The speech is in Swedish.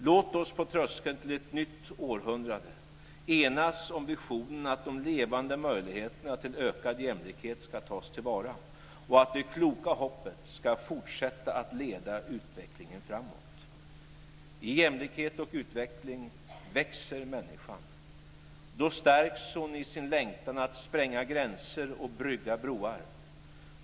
Låt oss på tröskeln till ett nytt århundrade enas om visionen att de levande möjligheterna till ökad jämlikhet ska tas till vara och att det kloka hoppet ska fortsätta att leda utvecklingen framåt. I jämlikhet och utveckling växer människan. Då stärks hon i sin längtan att spränga gränser och bygga broar.